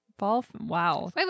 Wow